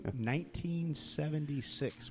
1976